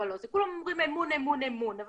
כולם אומרים: אמון, אמון, אמון.